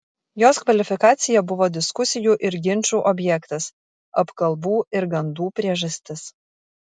jos kvalifikacija buvo diskusijų ir ginčų objektas apkalbų ir gandų priežastis